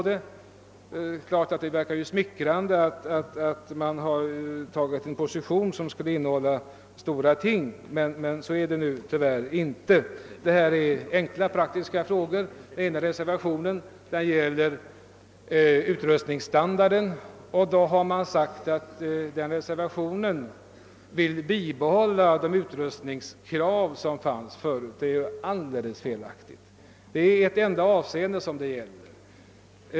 Det är klart att det verkar smickrande att man intagit en position som skulle innebära utförandet av stora ting, men så är det tyvärr inte. Detta är inga storverk utan det gäller bara enkla praktiska frågor. Reservationen gäller utrymmesstandarden, och där sägs att en stimulans även till efter frågan av förbättringar i bostäderna bör bibehållas. Reservationen will bibehålla de utrustningskrav som fanns förut, har man sagt. Detta är alldeles felaktigt; det är endast i ett enda avseende som detta gäller.